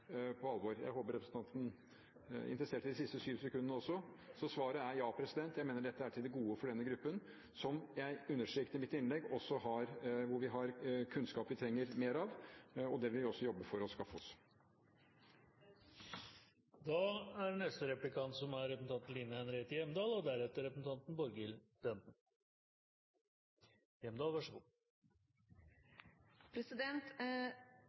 på alvor. Jeg håper representanten er interessert i de siste syv sekundene også. Så svaret er ja, jeg mener dette er til det gode for denne gruppen – som jeg understreket i mitt innlegg. Vi har kunnskap, men vi trenger mer. Det vil vi også jobbe for å skaffe oss. 58 pst. av den samlede døgnkapasiteten i spesialisthelsetjenesten drives av private og ideelle tilbydere. Her er det mye fagkompetanse. Det er